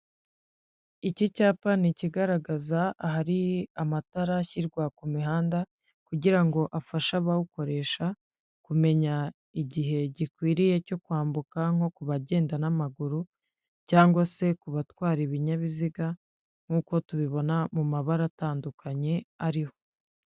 Iki cyapa ni ikigaragaza ahari amata ashyirwa ku mihanda, kugira ngo afashe abawukoresha kumenya igihe gikwiriye cyo kwambuka nko ku bagenda n'amaguru, cyagwa se ku batwara ibinyabiziga nk'uko tubibona mu mabara atandukanye ariho.